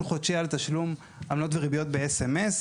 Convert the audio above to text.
חודשי על תשלום עמלות וריביות ב-S.M.S.